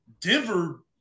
Denver